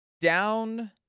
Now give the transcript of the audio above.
down